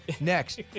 Next